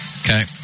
Okay